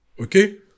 Okay